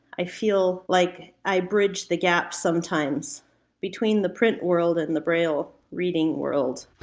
i feel like i bridge the gap sometimes between the print world and the braille reading world.